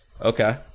Okay